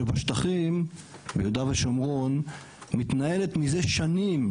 שבשטחים ביהודה ושומרון מתנהלת מזה שנים,